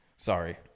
sorry